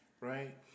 Right